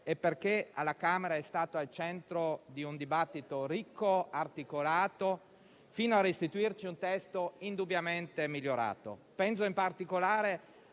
e perché alla Camera è stato al centro di un dibattito ricco e articolato, fino a restituirci un testo indubbiamente migliorato. Penso in particolare